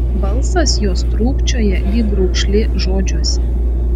balsas jos trūkčioja lyg raukšlė žodžiuose